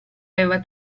aveva